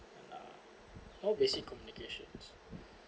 uh no basic communications